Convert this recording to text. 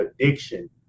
addiction